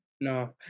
no